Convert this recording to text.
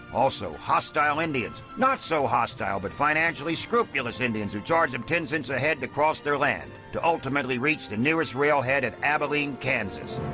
also hostile indians, not so hostile but financially scrupulous indians who charged than ten cents a head to cross their land to ultimately reach the nearest railhead at abilene, kansas.